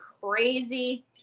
crazy